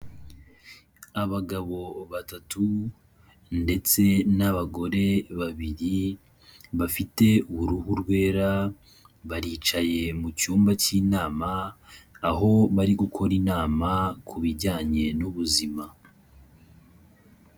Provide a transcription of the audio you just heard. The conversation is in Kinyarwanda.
Abagabo batatu ndetse n'abagore babiri bafite uruhu rwera, baricaye mu cyumba cy'inama aho bari gukora inama ku bijyanye n'ubuzima.